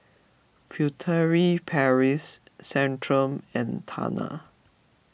Furtere Paris Centrum and Tena